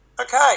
Okay